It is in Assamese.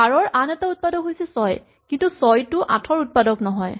১২ ৰ আন এটা উৎপাদক হৈছে ৬ কিন্তু ৬ টো ৮ ৰ উৎপাদক নহয়